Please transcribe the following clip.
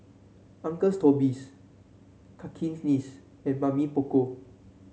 Uncle's Toby's Cakenis and Mamy Poko